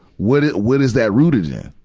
what is, what is that rooted in,